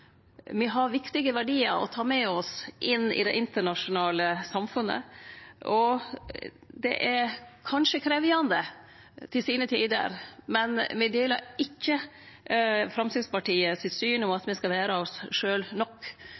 har viktige verdiar å ta med oss inn i det internasjonale samfunnet. Det er kanskje krevjande til sine tider, men me deler ikkje Framstegspartiet sitt syn om at me skal vere oss sjølve nok.